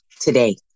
today